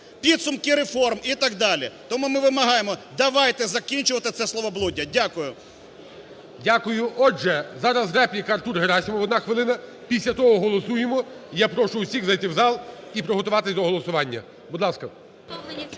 підсумки реформ і так далі. Тому ми вимагаємо, давайте закінчувати це словоблуддя. Дякую. ГОЛОВУЮЧИЙ. Дякую. Отже, зараз репліка Артур Герасимов, одна хвилина. Після того голосуємо. І я прошу всіх зайти в зал, і приготуватися до голосування. Будь ласка.